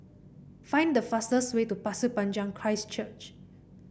find the fastest way to Pasir Panjang Christ Church